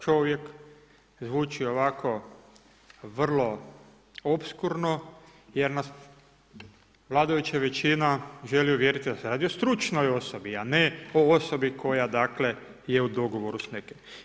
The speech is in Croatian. Čovjek zvuči vrlo opskurno jer nas vladajuća većina želi uvjeriti da se radi o stručnoj osobi a ne o osobi koja je u dogovoru s nekim.